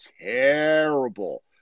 terrible –